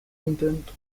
intento